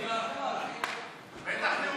, ימשיך לתקוף את ההנהגה הערבית ואת הרשימה